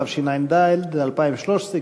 התשע"ד 2013,